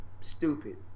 Stupid